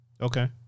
Okay